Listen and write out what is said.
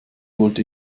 wollte